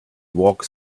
walk